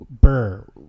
Burr